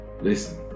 listen